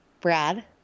Brad